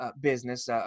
business